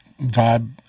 vibe